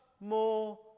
more